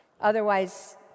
otherwise